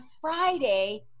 Friday